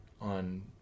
on